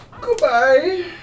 Goodbye